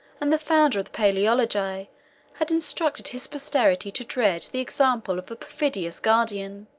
and the founder of the palaeologi had instructed his posterity to dread the example of a perfidious guardian.